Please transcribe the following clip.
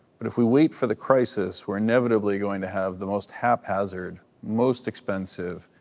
but if we wait for the crisis, we're inevitably going to have the most haphazard, most expensive,